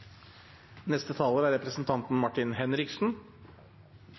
neste taler, som er